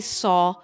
saw